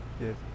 Yes